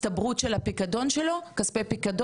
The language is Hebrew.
יש אזור אישי באתר רשות האוכלוסין וההגירה.